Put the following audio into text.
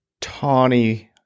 tawny